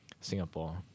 Singapore